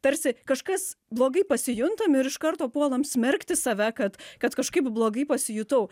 tarsi kažkas blogai pasijuntame ir iš karto puolam smerkti save kad kad kažkaip blogai pasijutau